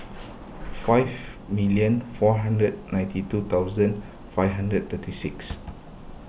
five million four hundred ninety two thousand five hundred thirty six